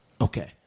Okay